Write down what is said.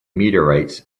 meteorites